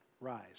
rise